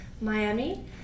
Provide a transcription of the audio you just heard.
Miami